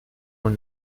wohl